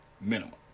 minimum